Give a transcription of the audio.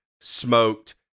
smoked